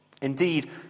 Indeed